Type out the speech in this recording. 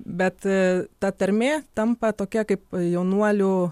bet ta tarmė tampa tokia kaip jaunuolių